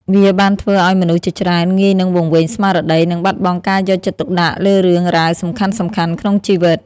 វាបានធ្វើឲ្យមនុស្សជាច្រើនងាយនឹងវង្វេងស្មារតី និងបាត់បង់ការយកចិត្តទុកដាក់លើរឿងរ៉ាវសំខាន់ៗក្នុងជីវិត។